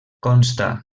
consta